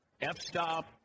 F-Stop